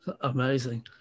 Amazing